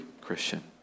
Christian